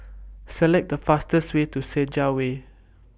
Select The fastest Way to Senja Way